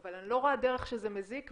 אבל אני לא רואה דרך שזה מזיק.